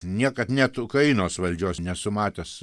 niekad net ukrainos valdžios nesu matęs